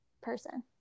person